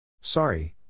Sorry